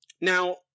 Now